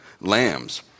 lambs